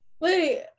Wait